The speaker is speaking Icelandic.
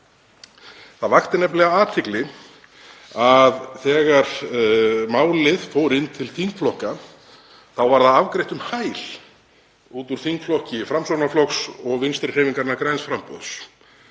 Það vakti nefnilega athygli að þegar málið fór inn til þingflokka þá var það afgreitt um hæl út úr þingflokki Framsóknarflokks og Vinstrihreyfingarinnar – græns framboðs.